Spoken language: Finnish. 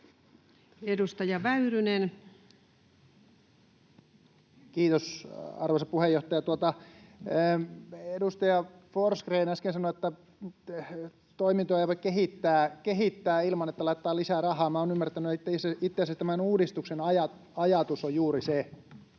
Edustaja Väyrynen. Kiitos, arvoisa puheenjohtaja! Edustaja Forsgrén äsken sanoi, että toimintoja voi kehittää ilman, että laittaa lisää rahaa. Olen ymmärtänyt, että itse asiassa tämän uudistuksen ajatus on juuri se.